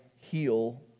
heal